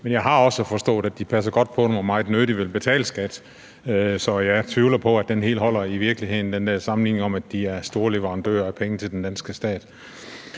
men jeg har også forstået, at de passer godt på dem og meget nødig vil betale skat. Så jeg tvivler på, at den helt holder i virkeligheden, altså den der sammenligning med, at de er storleverandører af penge til den danske stat.